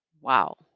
Wow